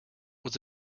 was